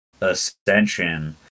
ascension